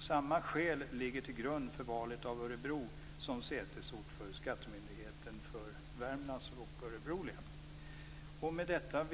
Samma skäl ligger till grund för valet av Örebro som sätesort för Skattemyndigheten för Värmlands och Örebro län. Med detta